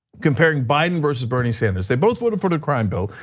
comparing biden versus bernie sanders. they both voted for the crime bill,